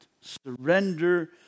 Surrender